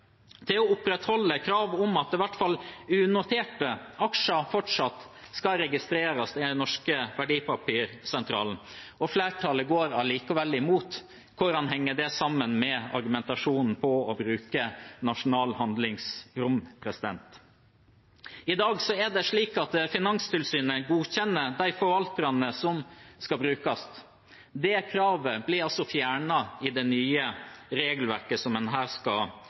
til å opprettholde kravet om at i hvert fall unoterte aksjer fortsatt skal registreres i den norske verdipapirsentralen, og flertallet går allikevel imot. Hvordan henger det sammen med argumentasjonen om å bruke nasjonalt handlingsrom? I dag er det slik at Finanstilsynet godkjenner de forvalterne som skal brukes. Det kravet blir fjernet i det nye regelverket som en her skal